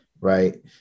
right